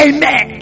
Amen